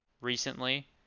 recently